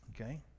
Okay